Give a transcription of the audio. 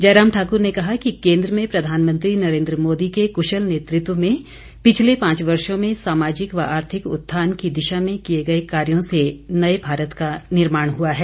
जयराम ठाकर ने कहा कि केंद्र में प्रधानमंत्री नरेन्द्र मोदी के कृशल नेतृतव में पिछले पांच वर्षो में सामाजिक व आर्थिक उत्थान की दिशा में किए गए कार्यो से नए भारत का निर्माण हुआ है